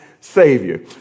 Savior